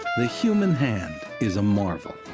the human hand is a marvel